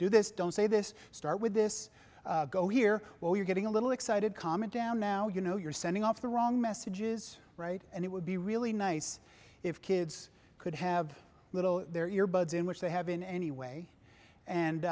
do this don't say this start with this go here while you're getting a little excited comment down now you know you're sending off the wrong messages right and it would be really nice if kids could have a little their ear buds in which they have in any way and